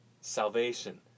salvation